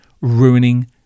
ruining